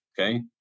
okay